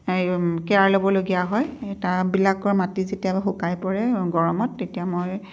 এই কেয়াৰ ল'বলগীয়া হয় টাববিলাকৰ মাটি যেতিয়া শুকাই পৰে গৰমত তেতিয়া মই